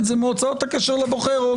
חתיכת ניאו-נאצי מכוער.